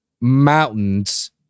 mountains